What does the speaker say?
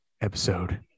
episode